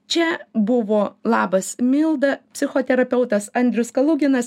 čia buvo labas milda psichoterapeutas andrius kalauginas